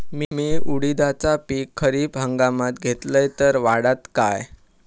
मी उडीदाचा पीक खरीप हंगामात घेतलय तर वाढात काय?